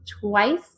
twice